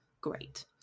great